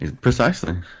Precisely